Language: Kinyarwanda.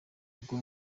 ubwo